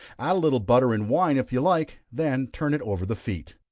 add a little butter and wine if you like, then turn it over the feet.